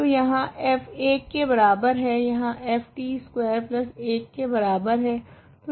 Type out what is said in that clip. तो यहाँ f 1 के बराबर है यहाँ f t स्कवेर 1 के बराबर है